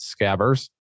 Scabbers